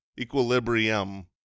Equilibrium